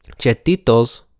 Chetitos